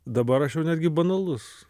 dabar aš jau netgi banalus